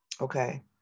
Okay